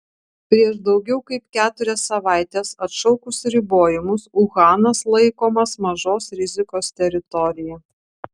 prieš daugiau kaip keturias savaites atšaukus ribojimus uhanas laikomas mažos rizikos teritorija